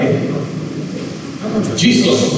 Jesus